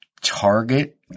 Target